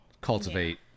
cultivate